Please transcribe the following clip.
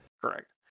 correct